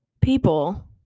people